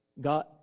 God